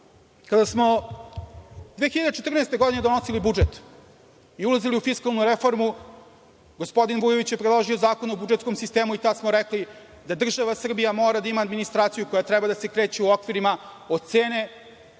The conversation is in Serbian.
smo 2014. godine donosili budžet i ulazili u fiskalnu reformu, gospodin Vujović je predložio zakon o budžetskom sistemu i tada smo rekli da država Srbija mora da ima administraciju koja treba da se kreće u okvirima od cene